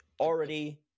Already